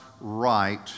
right